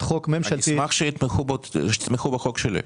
חוק ממשלתית- - אשמח שתתמכו בחוק שלי.